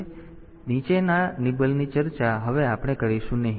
તેથી નીચેના નિબલની ચર્ચા હવે આપણે કરીશું નહીં